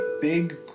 big